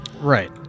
Right